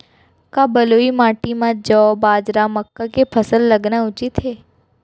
का बलुई माटी म जौ, बाजरा, मक्का के फसल लगाना उचित हे?